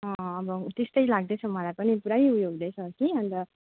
अँ अब त्यस्तै लाग्दैछ मलाई पनि पुरै ऊ यो हुँदैछ कि अन्त